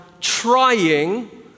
trying